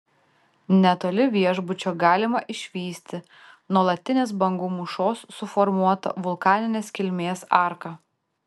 netoli viešbučio galima išvysti nuolatinės bangų mūšos suformuotą vulkaninės kilmės arką